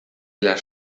las